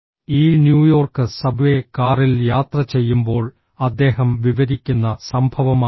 ഈ New York subway കാറിൽ യാത്ര ചെയ്യുമ്പോൾ അദ്ദേഹം വിവരിക്കുന്ന സംഭവമാണിത്